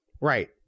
Right